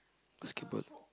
basketball